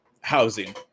Housing